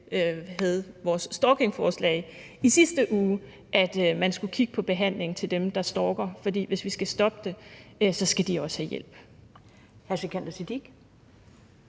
havde vores stalkingforslag i sidste uge, at man skulle kigge på behandling til dem, der stalker, for hvis vi skal stoppe det, skal de også have hjælp.